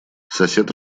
сосед